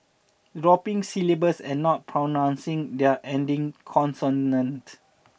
dropping syllables and not pronouncing their ending consonant